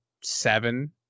seven